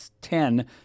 ten